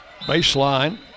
baseline